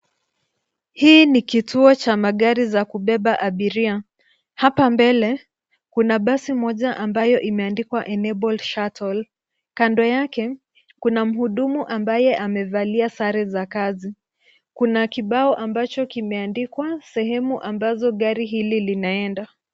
Hii ni kituo cha magari za kubeba abiria hapa mbele kuna basi moja ambayo limeandikwa enable sacco . Kando yake kuna mhudumu ambaye amevalia sare za kazi kuna kibao ambacho kimeandikwa sehemu ambazo gari hili linaenda.